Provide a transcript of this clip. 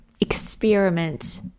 experiment